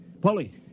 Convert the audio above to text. Polly